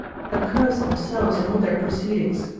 accursed themselves in all their proceedings.